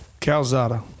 Calzada